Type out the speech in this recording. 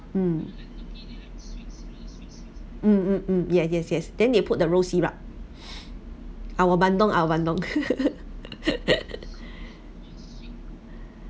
mm mm mm mm yes yes yes then they put the rose syrup our bandung bandung